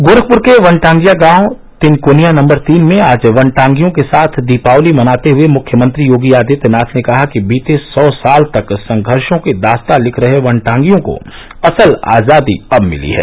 गोरखपुर के वनटांगियां गांव तिनकोनिया नंबर तीन में आज वनटांगियों के साथ दीपावली मनाते हुए मुख्यमंत्री योगी आदित्यनाथ ने कहा कि बीते सौ साल तक संघर्षों की दास्ता लिख रहे वनटांगियों को असल आजादी अब मिली है